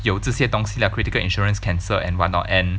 有这些东西了 critical insurance cancer and what not and